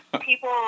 people